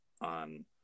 on